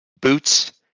boots